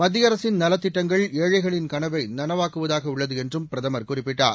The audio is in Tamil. மத்திய அரசின் நலத்திட்டங்கள் ஏழைகளின் கனவை நனவாக்குவதாக உள்ளது என்றும் பிரதமர் குறிப்பிட்டார்